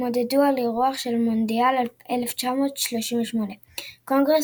התמודדו על האירוח של מונדיאל 1938. קונגרס